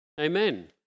Amen